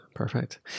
Perfect